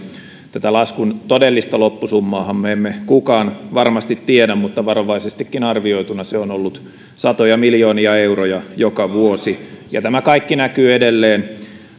tätä laskun todellista loppusummaahan meistä kukaan ei varmasti tiedä mutta varovaisestikin arvioituna se on ollut satoja miljoonia euroja joka vuosi ja tämä kaikki näkyy edelleen